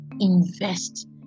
invest